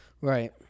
Right